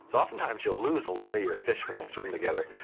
so oftentimes you will lose a lot of your fish when they swim together,